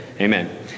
Amen